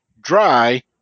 dry –